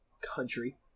country